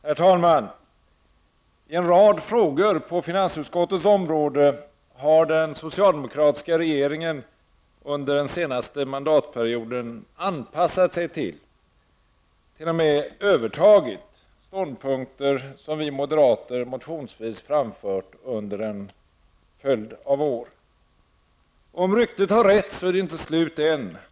Herr talman! I en rad frågor på finansutskottets område har den socialdemokratiska regeringen under den senaste mandatperioden anpassat sig till och t.o.m. övertagit ståndpunkter som vi moderater motionsvis framfört under en följd av år. Om ryktet har rätt är det inte slut än.